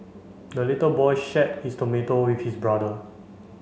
the little boy shared his tomato with his brother